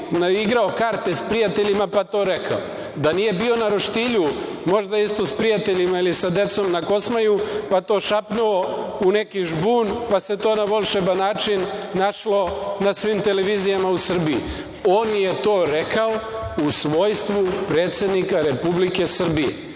sobi, igrao karte sa prijateljima pa to rekao? Da nije bio na roštilju, možda isto sa prijateljima ili sa decom na Kosmaju, pa to šapnuo u neki žbun, pa se to na volšeban način našlo na svim televizijama u Srbiji? On je to rekao u svojstvu predsednika Republike Srbije.